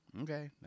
Okay